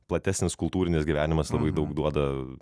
platesnis kultūrinis gyvenimas labai daug duoda